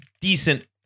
decent